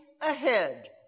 ahead